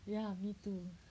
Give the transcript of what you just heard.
ya me too